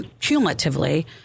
cumulatively